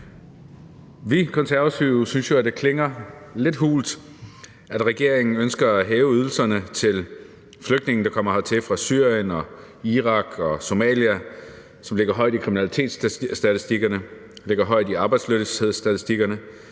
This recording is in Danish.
Vi Konservative synes jo, at det klinger lidt hult, at regeringen ønsker at hæve ydelserne til flygtninge, der kommer hertil fra Syrien og Irak og Somalia, som ligger højt i kriminalitetsstatistikkerne, ligger højt i arbejdsløshedsstatistikkerne,